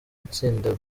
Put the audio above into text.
itsinda